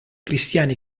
cristiani